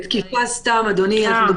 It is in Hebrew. זה תקיפה סתם, אדוני.